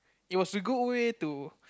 it was a good way to